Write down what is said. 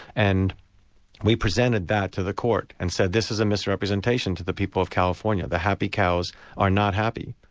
and we presented that to the court, and said, this is a misrepresentation to the people of california the happy cows are not happy.